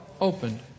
opened